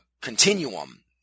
continuum